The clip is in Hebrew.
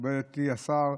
מכובדי השר,